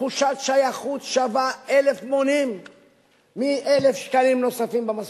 תחושת שייכות שווה אלף מונים מ-1,000 שקלים נוספים במשכורת.